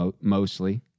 Mostly